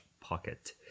pocket